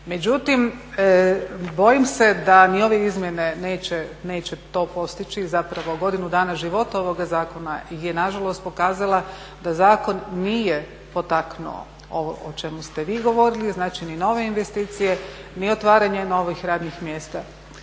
Međutim, bojim se da ni ove izmjene neće to postići. Zapravo godina dana života ovoga zakona je nažalost pokazala da zakon nije potaknuo ovo o čemu ste vi govorili, znači ni nove investicije ni otvaranje novih radnih mjesta.